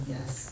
Yes